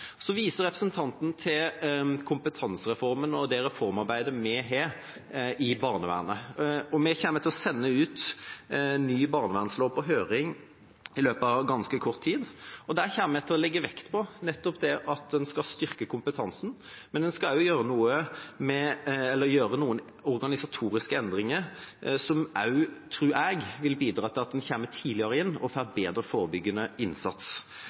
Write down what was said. viser til kompetansereformen og reformarbeidet vi har i barnevernet. Vi kommer til å sende en ny barnevernslov ut på høring i løpet av ganske kort tid. Der kommer jeg nettopp til å legge vekt på at en skal styrke kompetansen, og at en også skal gjøre noen organisatoriske endringer som jeg tror vil bidra til at en kommer tidligere inn og får bedre forebyggende innsats.